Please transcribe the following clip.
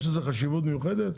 יש לזה חשיבות מיוחדת.